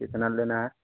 कितना लेना है